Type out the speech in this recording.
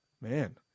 Man